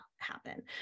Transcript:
happen